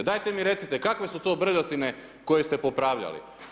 Dajte mi recite, kakve su to brljotine koje ste popravljali?